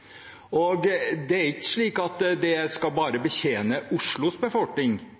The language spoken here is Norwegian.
Det er ikke slik at den bare skal betjene Oslos befolkning,